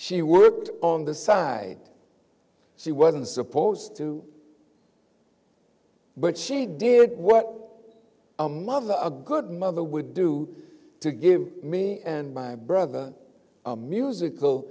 she worked on the side she wasn't supposed to but she did what a mother a good mother would do to give me and my brother a musical